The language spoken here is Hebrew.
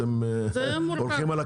אתם הולכים על הקיצוניות.